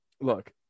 look